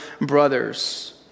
brothers